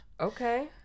Okay